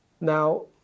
Now